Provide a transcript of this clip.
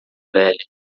velha